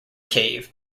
cave